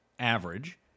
average